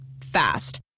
Fast